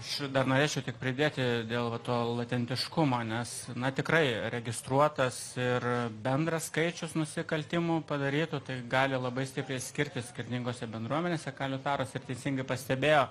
aš dar norėčiau tik pridėti dėl va to latentiškumo nes na tikrai registruotas ir bendras skaičius nusikaltimų padarytų tai gali labai stipriai skirtis skirtingose bendruomenėse ką liūtauras ir teisingai pastebėjo